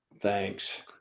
Thanks